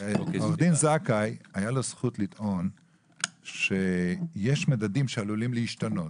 לעורך דין זכאי הייתה זכות לטעון שיש מדדים שעלולים להשתנות